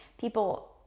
people